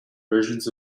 versions